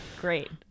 great